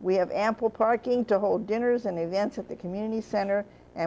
we have ample parking to hold dinners and events at the community center and